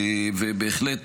אבל בהחלט,